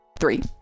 three